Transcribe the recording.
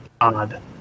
odd